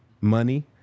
money